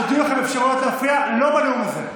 עוד יהיו לכם אפשרויות להפריע, לא בנאום הזה.